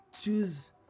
Choose